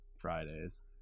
Fridays